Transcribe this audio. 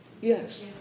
Yes